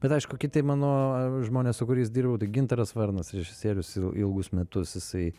bet aišku kiti mano žmonės su kuriais dirbau tai gintaras varnas režisierius ilgus metus jisai